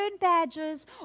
badges